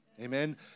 Amen